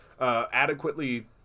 adequately